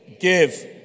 give